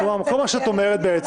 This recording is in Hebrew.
בסוף הוא מוצא את ראש העיר,